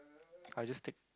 I'll just take